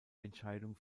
entscheidung